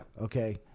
Okay